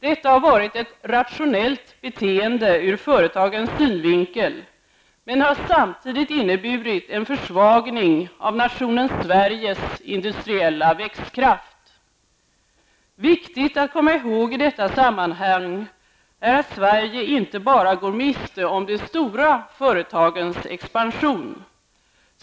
Detta har varit ett rationellt beteende ur företagens synvinkel, men det har samtidigt inneburit en försvagning av nationen Sveriges industriella växtkraft. Viktigt att komma ihåg i detta sammanhang är att Sverige inte bara går miste om de stora företagens expansion.